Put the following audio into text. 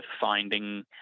finding